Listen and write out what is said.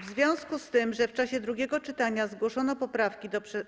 W związku z tym, że w czasie drugiego czytania zgłoszono